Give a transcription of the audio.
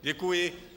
Děkuji.